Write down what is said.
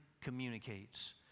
communicates